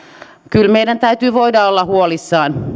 kyllä meidän täytyy voida olla huolissaan